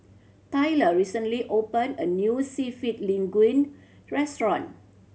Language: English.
Tyler recently opened a new Seafood Linguine Restaurant